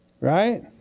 Right